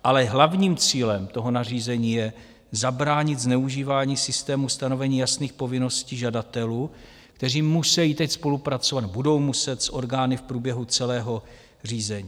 Ale hlavním cílem toho nařízení je zabránit zneužívání systému, stanovení jasných povinností žadatelů, kteří musejí teď spolupracovat nebo budou muset s orgány v průběhu celého řízení.